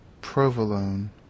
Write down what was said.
provolone